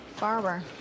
Barber